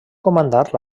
comandar